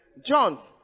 John